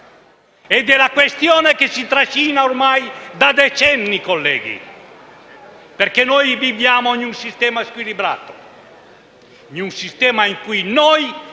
Ed è la questione che si trascina ormai da decenni, colleghi, perché viviamo in un sistema squilibrato, in un sistema in cui siamo